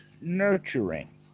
nurturing